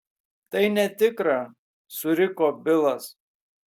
tai netikra suriko bilas